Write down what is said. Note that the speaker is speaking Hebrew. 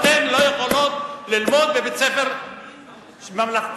אתן לא יכולות ללמוד בבית-ספר ממלכתי?